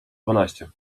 dwanaście